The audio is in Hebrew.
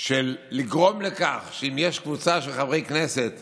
של לגרום לכך שאם יש קבוצה של חברי כנסת